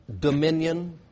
dominion